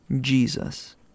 Jesus